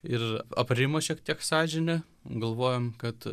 ir aprimo šiek tiek sąžinė galvojom kad